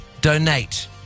donate